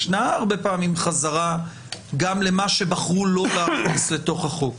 הרבה פעמים יש חזרה גם למה שבחרו לא להכניס לתוך החוק.